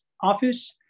Office